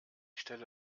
stelle